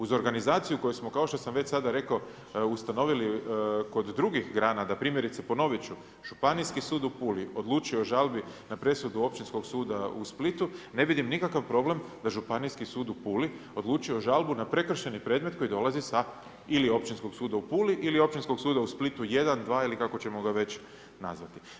Uz organizaciju koju smo kao što sam već sada rekao, ustanovili kod drugih grana da primjerice, ponovit ću, Županijski sud u Puli odlučio o žalbi na presudu Općinskog suda u Splitu, ne vidim nikakav problem da Županijski sud u Puli odlučuje o žalbi na prekršajni predmet koji dolazi sa ili Općinskog suda u Puli ili Općinskog suda u Splitu, jedan, dva ili kako ćemo ga već nazvati.